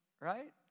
right